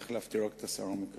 אני החלפתי רק את השר המקשר.